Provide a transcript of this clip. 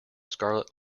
scarlet